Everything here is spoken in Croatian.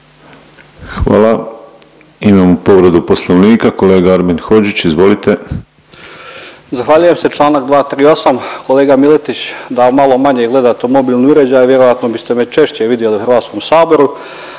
Hvala. Imamo povredu poslovnika kolega Armin Hodžić, izvolite. **Hodžić, Armin (Nezavisni)** Zahvaljujem se. Čl. 238. kolega Miletić da malo manje gledate u mobilni uređaj vjerojatno biste me češće vidjeli od vas u Saboru.